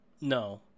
No